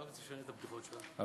אולי תשנה את הבדיחות שלך, תהיה מקורי.